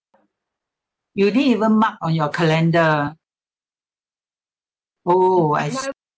you didn't even mark on your calendar oh I see